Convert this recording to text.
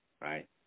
right